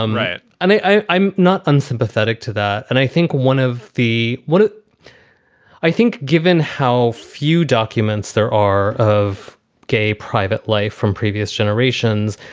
um right. and i, i'm not unsympathetic to that. and i think one of the what ah i think, given how few documents there are of gay private life from previous generations,